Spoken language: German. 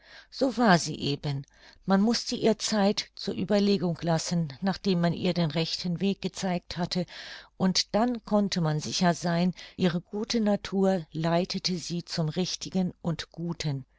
so war sie eben man mußte ihr zeit zur ueberlegung lassen nachdem man ihr den rechten weg gezeigt hatte und dann konnte man sicher sein ihre gute natur leitete sie zum richtigen und guten